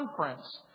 conference